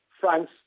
France